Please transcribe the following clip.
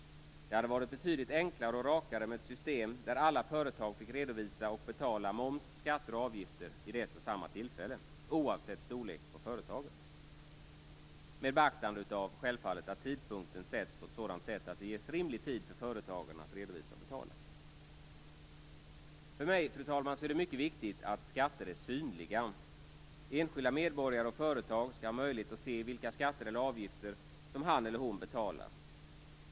Det hade varit betydligt enklare och rakare med ett system där alla företag fick redovisa och betala moms, skatter och avgifter vid ett och samma tillfälle, oavsett storlek på företaget - självfallet med beaktande av att tidpunkten sätts så, att rimlig tid ges för företagen att redovisa och betala. Fru talman! För mig är det mycket viktigt att skatter är synliga. Enskilda medborgare och företag skall ha möjlighet att se vilka skatter eller avgifter han eller hon betalar.